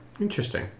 Interesting